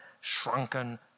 shrunken